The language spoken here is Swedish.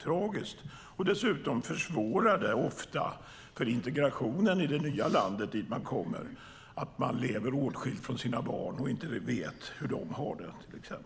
tragisk. Dessutom försvårar det ofta för integrationen i det nya land som man kommer till om man till exempel lever åtskilt från sina barn och inte vet hur de har det.